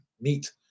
Meet